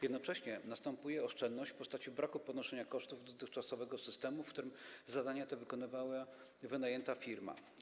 Jednocześnie następuje oszczędność w postaci braku ponoszenia kosztów dotychczasowego systemu, w którym zadania te wykonywała wynajęta firma.